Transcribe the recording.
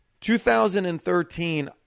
2013